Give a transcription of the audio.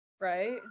right